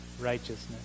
righteousness